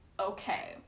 okay